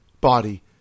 body